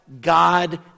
God